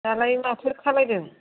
दालाय माथो खालामदों